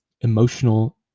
emotional